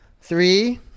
Three